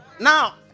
now